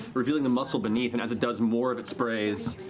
revealing the muscle beneath, and as it does, more of it sprays.